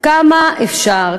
כמה אפשר?